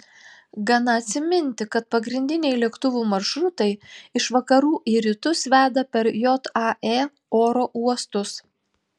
gana atsiminti kad pagrindiniai lėktuvų maršrutai iš vakarų į rytus veda per jae oro uostus